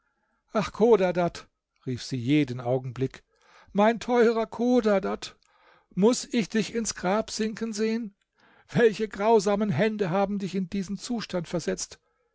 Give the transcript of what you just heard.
ach chodadad rief sie jeden augenblick mein teurer chodadad muß ich dich ins grab sinken sehen welche grausamen hände haben dich in diesen zustand versetzt